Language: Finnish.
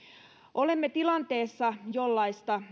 olemme tilanteessa jollaista